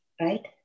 right